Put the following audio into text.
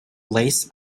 lace